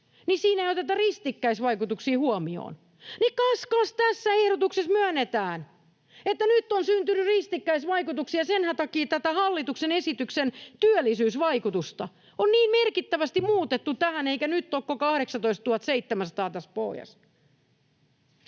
ei oteta ristikkäisvaikutuksia huomioon, niin kas, kas, tässä ehdotuksessa myönnetään, että nyt on syntynyt ristikkäisvaikutuksia. Senhän takia tätä hallituksen esityksen työllisyysvaikutusta on niin merkittävästi muutettu tähän, eikä nyt tässä pohjassa